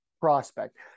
prospect